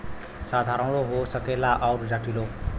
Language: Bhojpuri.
साधारणो हो सकेला अउर जटिलो